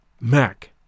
Mac